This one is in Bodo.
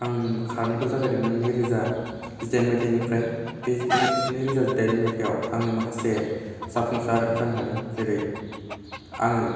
आं खारनायखौ जागायदोंमोन नै रोजा जिदाइन मायथाइनिफ्राय बे नै नैरोजा जिदाइन मायथाइयाव आङो माखासे जाफुंसार जानो हादों जेरै आङो